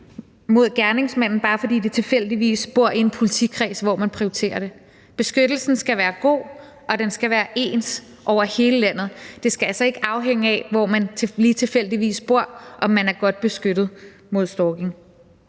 mod gerningsmanden, bare fordi de tilfældigvis bor i en politikreds, hvor man prioriterer det. Beskyttelsen skal være god, og den skal være ens over hele landet. Det skal altså ikke afhænge af, hvor man lige tilfældigvis bor, om man er godt beskyttet mod stalking.